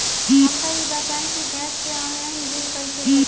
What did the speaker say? हमका ई बताई कि गैस के ऑनलाइन बिल कइसे भरी?